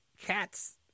cats